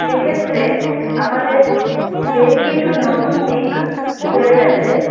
সেক্ষেত্রে আমাদের বেশ কিছু নতুন দিক খুলে গেছে